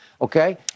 okay